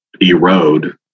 erode